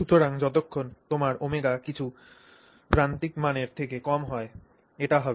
সুতরাং যতক্ষণ তোমার ω কিছু প্রান্তিক মানের থেকে কম হয় এটা হবে